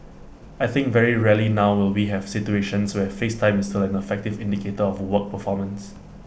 I think very rarely now will we have situations where face time is still an effective indicator of work performance